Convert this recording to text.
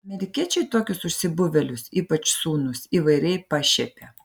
amerikiečiai tokius užsibuvėlius ypač sūnus įvairiai pašiepia